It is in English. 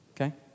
okay